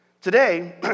Today